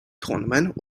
tournament